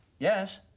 yes.